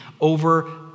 over